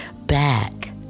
back